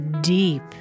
deep